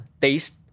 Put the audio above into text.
taste